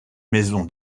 maison